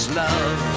love